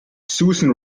susan